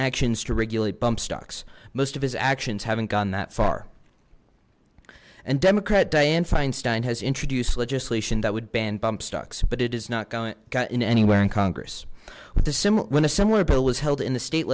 ctions to regulate bump stocks most of his actions haven't gone that far and democrat dianne feinstein has introduced legislation that would ban bump stocks but it is not gotten anywhere in congress with the similar when a similar bill was held in the state